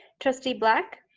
trustee black.